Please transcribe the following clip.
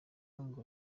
ngo